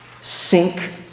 sink